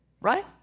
Right